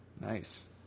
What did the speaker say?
Nice